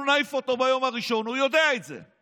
אנחנו נעיף אותו ביום הראשון, הוא יודע את זה.